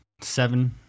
seven